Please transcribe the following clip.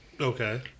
Okay